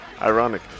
Ironic